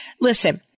listen